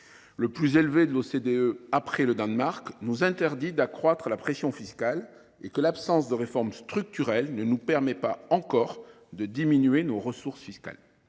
le plus élevé de l’OCDE après le Danemark, nous interdit d’accroître la pression fiscale ; par ailleurs, l’absence de réformes structurelles ne nous permet pas encore de diminuer nos ressources fiscales.